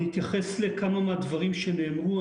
אני רוצה להתייחס לכמה דברים שנאמרו,